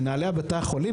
מנהלי בתי החולים,